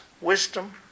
wisdom